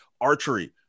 archery